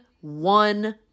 one